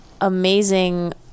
amazing